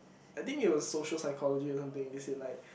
I think you will social psychology or something if you like